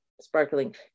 sparkling